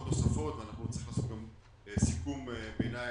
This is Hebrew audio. נוספות ואנחנו נצטרך לעשות סיכום ביניים.